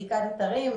בדיקת אתרים,